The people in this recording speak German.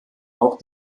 auch